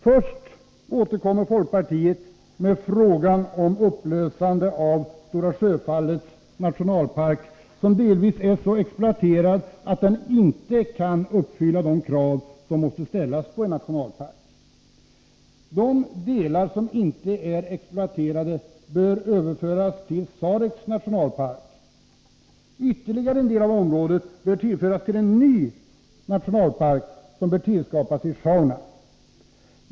Folkpartiet återkommer där till kravet på upplösandet av Stora Sjöfallets nationalpark, som delvis är så exploaterad att den inte uppfyller de krav som måste ställas på en nationalpark. De delar som inte är exploaterade bör överföras till Sareks nationalpark. Ytterligare en del av området bör föras till en ny nationalpark, som bör tillskapas i Sjaunja.